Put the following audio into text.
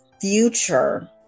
future